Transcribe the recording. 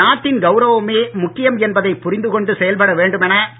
நாட்டின் கௌரவமே முக்கியம் என்பதை புரிந்துகொண்டு செயல்பட வேண்டும் என திரு